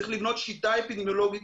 צריך לבנות שיטה אפידמיולוגית